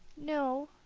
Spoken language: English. no,